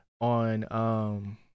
on –